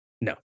No